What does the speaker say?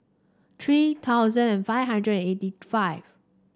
three thousand and five hundred and eighty five